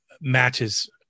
matches